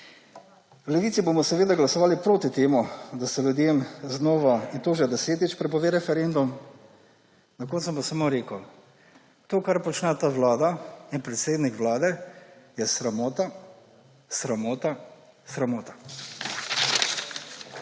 V Levici bomo glasovali proti temu, da se ljudem znova, in to že desetič, prepove referendum. Na koncu bom pa samo rekel, da to, kar počne ta vlada in predsednik vlade, je sramota, sramota, sramota.